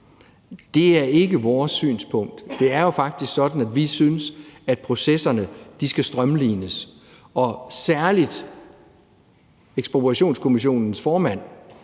Det er ikke vores synspunkt. Det er jo faktisk sådan, at vi synes, at processerne skal strømlines, og Ekspropriationskommissionens formand